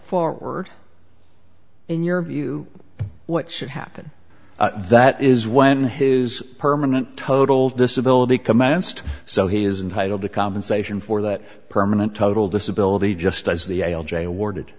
forward in your view what should happen that is when his permanent total disability commenced so he is entitle to compensation for that permanent total disability just as the a l j awarded